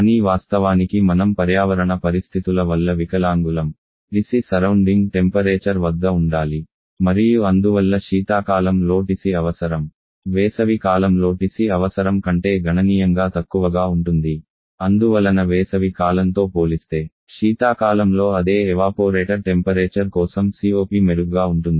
కానీ వాస్తవానికి మనం పర్యావరణ పరిస్థితుల వల్ల వికలాంగులం TC సరౌండింగ్ టెంపరేచర్ వద్ద ఉండాలి మరియు అందువల్ల శీతాకాలం లో TC అవసరం వేసవి కాలంలో TC అవసరం కంటే గణనీయంగా తక్కువగా ఉంటుంది అందువలన వేసవి కాలంతో పోలిస్తే శీతాకాలంలో అదే ఎవాపోరేటర్ టెంపరేచర్ కోసం COP మెరుగ్గా ఉంటుంది